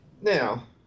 Now